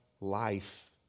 life